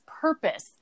purpose